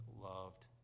loved